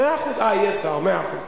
אה, יהיה שר, מאה אחוז.